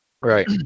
Right